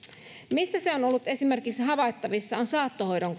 missä se on ollut havaittavissa on esimerkiksi saattohoidon